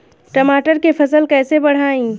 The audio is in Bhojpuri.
टमाटर के फ़सल कैसे बढ़ाई?